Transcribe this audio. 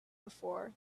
before